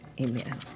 amen